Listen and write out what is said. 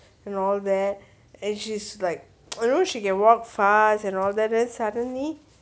and all that and she's like although she can walk fast and all that then suddenly